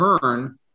turn